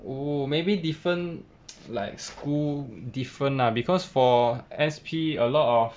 oh maybe different like school different lah because for S_P a lot of